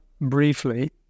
briefly